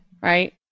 right